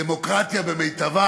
דמוקרטיה במיטבה,